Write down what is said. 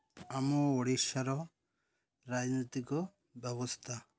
ଆମ ଓଡ଼ିଶାର ରାଜନୈତିକ ବ୍ୟବସ୍ଥା